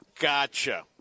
gotcha